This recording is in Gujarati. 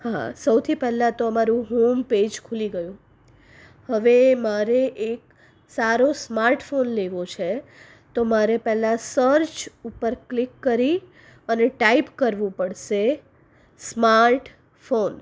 હા સૌથી પહેલા તો અમારું હોમ પેજ ખુલી ગયું હવે મારે એક સારો સ્માર્ટ ફોન લેવો છે તો મારે પહેલા સર્ચ ઉપર ક્લિક કરી અને ટાઈપ કરવું પડશે સ્માર્ટ ફોન